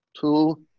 two